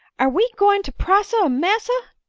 are we going to prosecu massa?